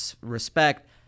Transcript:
respect